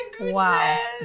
wow